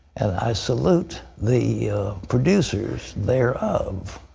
and i salute the producers thereof.